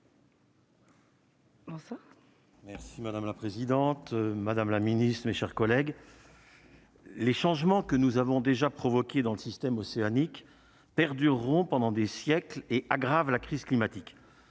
merci madame la présidente, madame la ministre, mes chers collègues. Les changements que nous avons déjà provoqué dans le système océanique perdureront pendant des siècles et aggrave la crise climatique,